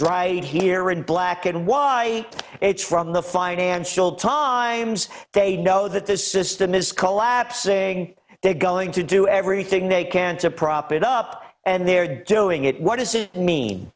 right here in black and why it's from the financial times they know that this system is collapsing they're going to do everything they can to prop it up and they're doing it what does it mean